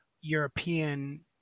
European